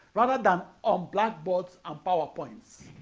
rather than on blackboards and power points.